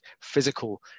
physical